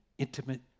Intimate